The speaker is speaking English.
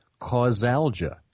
causalgia